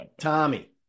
tommy